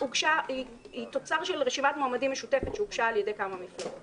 ימינה היא תוצר של רשימת מועמדים משותפת שהוגשה על-ידי כמה מפלגות.